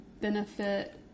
benefit